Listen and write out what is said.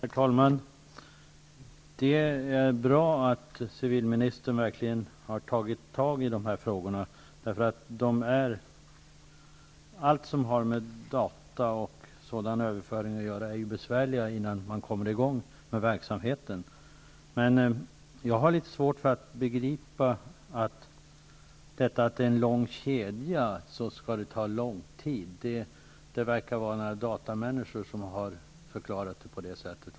Herr talman! Det är bra att civilministern har tagit tag i dessa frågor. Allt som har med data och dataöverföring att göra är besvärligt innan man kommer i gång med verksamheten. Men jag har litet svårt att begripa att det skall ta lång tid därför att det är en lång kedja. Det verkar som om några datamänniskor har förklarat saken på det sättet.